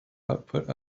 output